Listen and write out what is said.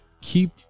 Keep